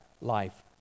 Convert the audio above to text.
life